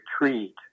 retreat